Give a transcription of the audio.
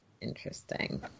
interesting